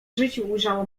życiu